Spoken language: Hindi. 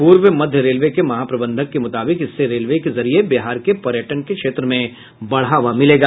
पूर्व मध्य रेलवे के महाप्रबंधक के मुताबिक इससे रेलवे के जरिए बिहार के पर्यटन के क्षेत्र में बढ़ावा मिलेगा